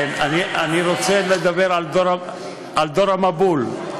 לא, כי אני רוצה לדבר על דור המבול.